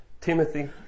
Timothy